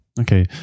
Okay